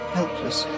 helpless